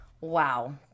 wow